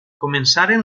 començaren